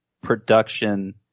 production